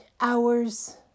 hours